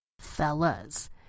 Fellas